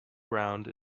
ground